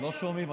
לא שומעים.